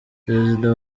perezida